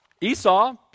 Esau